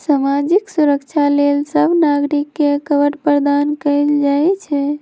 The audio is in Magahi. सामाजिक सुरक्षा लेल सभ नागरिक के कवर प्रदान कएल जाइ छइ